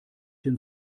den